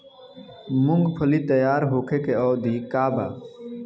मूँगफली तैयार होखे के अवधि का वा?